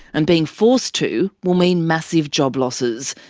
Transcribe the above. and being forced to will mean massive job losses.